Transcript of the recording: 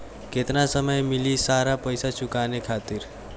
केतना समय मिली सारा पेईसा चुकाने खातिर?